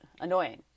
annoying